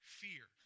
fear